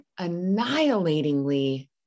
annihilatingly